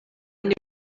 nibwo